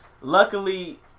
Luckily